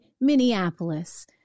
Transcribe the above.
Minneapolis